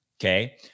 Okay